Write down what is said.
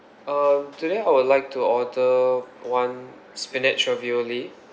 um today I would like to order one spinach ravioli